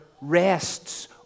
rests